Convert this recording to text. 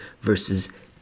versus